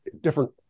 different